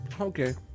Okay